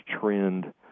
trend